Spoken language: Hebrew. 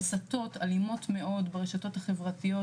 הסטות אלימות מאוד ברשתות החברתיות,